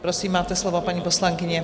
Prosím, máte slovo, paní poslankyně.